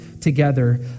together